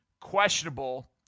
questionable